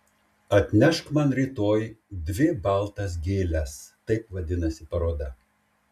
atnešk man rytoj dvi baltas gėles taip vadinasi paroda